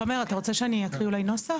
תומר, אתה רוצה שאני אקריא אולי נוסח?